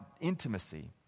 intimacy